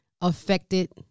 affected